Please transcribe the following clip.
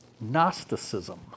Gnosticism